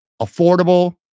affordable